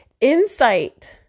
insight